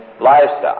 livestock